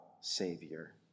Savior